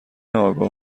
آگاه